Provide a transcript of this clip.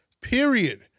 period